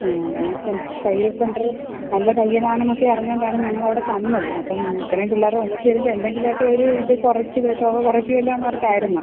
ആ ഈ സെ തയ്യൽ സെൻ്റർ നല്ല തയ്യൽ ആണെന്നൊക്കെ അറിഞ്ഞതുകൊണ്ടാണ് ഞങ്ങൾ അവിടെ തന്നത് അപ്പം ഇത്രയും പിള്ളേരെ ഒന്നിച്ച് തരുമ്പോൾ എന്തെങ്കിലുമൊക്കെ ഒരു ഇത് കുറച്ച് തുക കുറയ്ക്കുമല്ലോ എന്ന് ഓർത്തായിരുന്നു